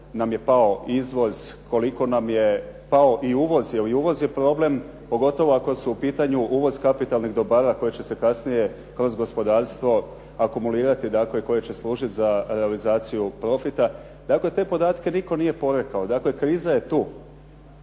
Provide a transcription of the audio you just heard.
nam je pao izvoz, koliko nam je pao i uvoz jer i uvoz je problem, pogotovo ako su u pitanju uvoz kapitalnih dobara koje će se kasnije kroz gospodarstvo akumulirati, dakle koje će služit za realizaciju profita. Dakle, te podatke nitko nije porekao, dakle kriza je tu.